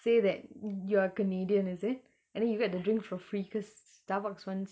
say that you're a canadian is it and then you get the drink for free cause starbucks wants